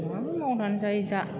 मा मावनानै जायो जा